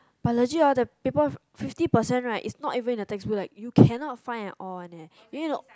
but legit oh the paper fifty percent right it's not even in the textbook like you cannot find at all one leh